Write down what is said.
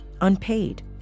unpaid